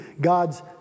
God's